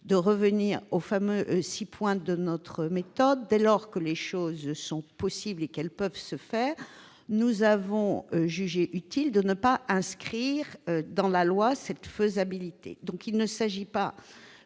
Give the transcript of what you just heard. revenir aux fameux six points de notre méthode, mais, dès lors que les choses sont possibles en l'état du droit, nous avons jugé utile de ne pas inscrire dans la loi cette faisabilité. Il ne s'agit pas